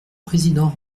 président